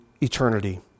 eternity